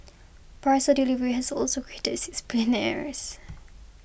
parcel delivery has also created six billionaires